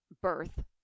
birth